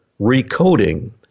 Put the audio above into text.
recoding